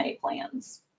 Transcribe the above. plans